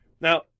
Now